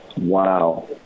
Wow